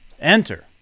enter